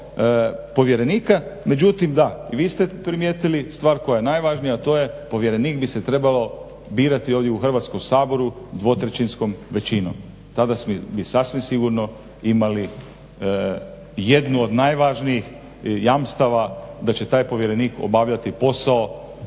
povjerenika. Međutim, da i vi ste to primijetili stvar koja je najvažnija, a to je povjerenik bi se trebalo birati ovdje u Hrvatskom saboru dvotrećinskom većinom, tada bi sasvim sigurno imali jednu od najvažnijih jamstava da će taj povjerenik obavljati posao